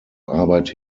arbeit